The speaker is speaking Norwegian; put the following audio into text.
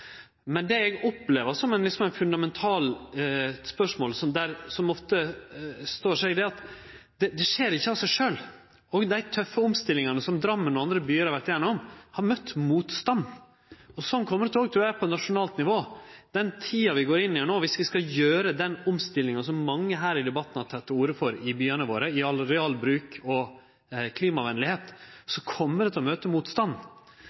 Men det eg opplever som fundamentalt, er at det skjer ikkje av seg sjølv. Dei tøffe omstillingane som Drammen og andre byar har vore gjennom, har møtt motstand. Sånn kjem det òg til å vere på nasjonalt nivå i den tida vi går inn i nå. Viss vi skal gjere den omstillinga i byane våre som mange i debatten har teke til orde for når det gjeld arealbruk og klimavennlegheit, kjem det til å møte motstand.